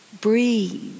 breathe